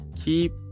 keep